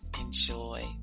enjoy